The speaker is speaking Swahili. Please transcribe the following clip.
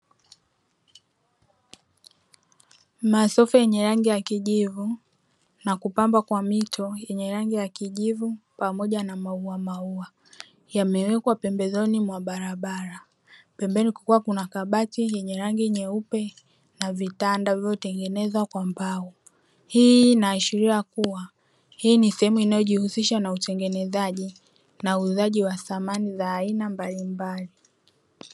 Masofa yenye rangi ya kijivu na kupamba kwa mito yenye rangi ya kijivu pamoja na maua maua yamewekwa pembezoni mwa barabara ,pembeni kulikuwa kuna kabati yenye rangi nyeupe na vitanda vilivyotengenezwa kwa mbao, hii inaashiria kuwa hii ni sehemu inayojihusisha na utengenezaji na uuzaji wa samani za aina mbalimbali.